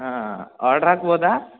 ಹಾಂ ಆರ್ಡ್ರ್ ಹಾಕ್ಬೋದ